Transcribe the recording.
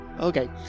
Okay